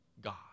God